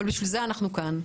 אבל בשביל זה אנחנו כאן.